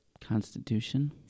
constitution